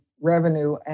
revenue